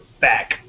back